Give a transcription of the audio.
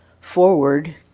forward